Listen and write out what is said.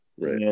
Right